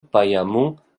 pajamų